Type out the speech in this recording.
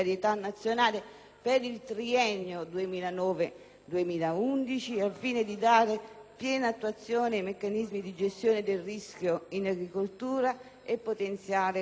per il triennio 2009-2011, al fine di dare piena attuazione ai meccanismi di gestione del rischio in agricoltura e potenziare il ruolo delle polizze